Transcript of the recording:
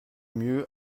mieux